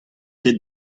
ket